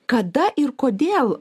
kada ir kodėl